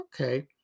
Okay